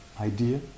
idea